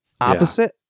opposite